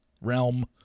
realm